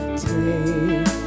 take